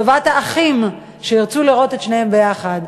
טובת האחים שירצו להיות שניהם ביחד.